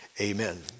Amen